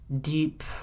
deep